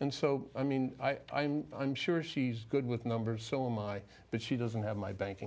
and so i mean i'm i'm sure she's good with numbers so my but she doesn't have my banking